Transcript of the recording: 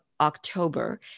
October